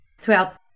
throughout